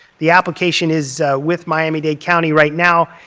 the application is with miami-dade county right now.